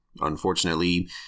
unfortunately